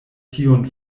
tiun